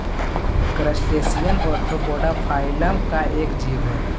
crustacean arthropoda phylum का एक जीव हई